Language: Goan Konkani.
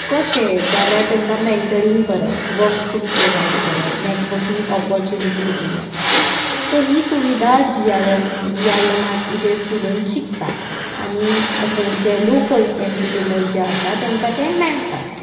कशें जाल्यार तांकां मँटरींग करप वर्क स्पेस प्रोवायड करप नॅटवर्कींग ऑपॉर्चुनिटीज दिवप सो ही सुविधा जी आय एम जी आय एमांत जे स्टुडंट्स शिकता आनी थंयचे लोकल एटरप्रिनर्ज जे आसा तांकां ते मेळतात